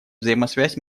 взаимосвязь